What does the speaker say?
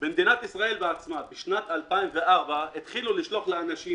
במדינת ישראל בשנת 2004 התחילו לשלוח לאנשים,